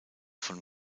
von